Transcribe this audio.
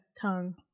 tongue